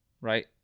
Right